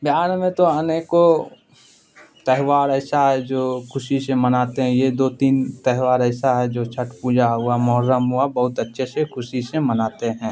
بہار میں تو انیکوں تہوار ایسا ہے جو خوشی سے مناتے ہیں یہ دو تین تہوار ایسا ہے جو چھٹ پوجا ہوا محرم ہوا بہت اچھے سے خوشی سے مناتے ہیں